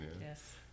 Yes